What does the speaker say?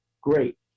Great